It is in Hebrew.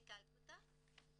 יהודי כלכותה,